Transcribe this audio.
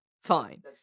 Fine